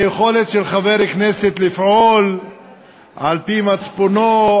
על היכולת של חבר כנסת לפעול על-פי מצפונו,